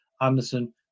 Anderson